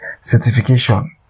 certification